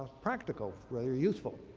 practical, rather useful.